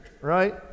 right